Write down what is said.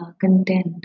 content